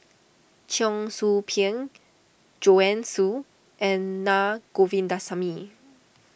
Cheong Soo Pieng Joanne Soo and Na Govindasamy